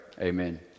Amen